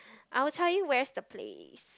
I will tell you where's the place